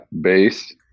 base